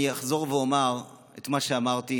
אני אחזור ואומר את מה שאמרתי